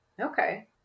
Okay